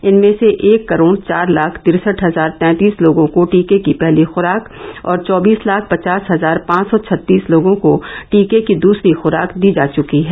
इनमें से एक करोड़ चार लाख तिरसठ हजार तैतीस लोगों को टीके की पहली खुराक और चौबीस लाख पचास हजार पांच सौ छत्तीस लोगों को टीके की दूसरी खुराक दी जा चुकी है